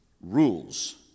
rules